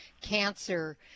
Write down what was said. cancer